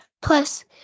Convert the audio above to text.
Plus